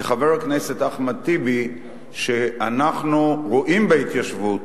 לחבר הכנסת אחמד טיבי שאנחנו רואים בהתיישבות